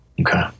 Okay